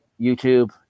YouTube